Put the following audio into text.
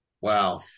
Wow